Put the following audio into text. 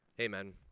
Amen